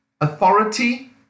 authority